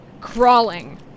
crawling